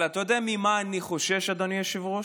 אבל אתה יודע ממה אני חושש, אדוני היושב-ראש?